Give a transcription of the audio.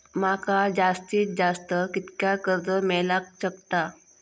माका जास्तीत जास्त कितक्या कर्ज मेलाक शकता?